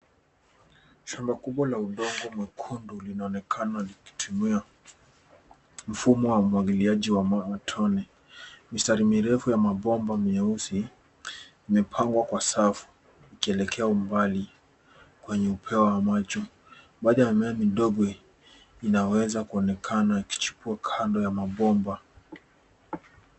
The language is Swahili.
Shamba kubwa la udongo mwekundu linaonekana likitumia, mfumo wa umwagiliaji wa matone. Mistari mirefu ya mabomba mieusi imepangwa kwa safu ,ikielekea umbali kwenye upeo wa macho. Baadhi ya mimea midogo inaweza kuonekana ikichukua kando ya mabomba.